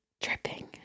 dripping